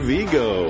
Vigo